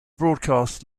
broadcast